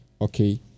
okay